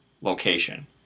location